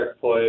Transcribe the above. play